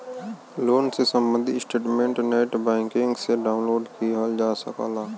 loan से सम्बंधित statement net banking से डाउनलोड किहल जा सकला